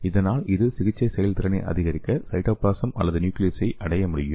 இதனால் அது சிகிச்சை செயல்திறனை அதிகரிக்க சைட்டோபிளாசம் அல்லது நியூக்ளியஸை அடைய முடியும்